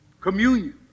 Communion